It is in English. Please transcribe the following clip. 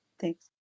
Thanks